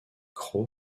crow